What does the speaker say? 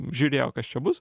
žiūrėjo kas čia bus